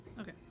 Okay